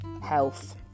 health